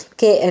che